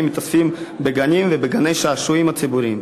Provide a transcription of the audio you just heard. מתאספים בגנים ובגני-השעשועים הציבוריים.